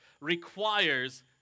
requires